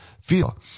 feel